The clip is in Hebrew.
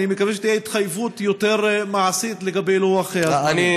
אני מקווה שתהיה התחייבות יותר מעשית לגבי לוח הזמנים.